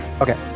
Okay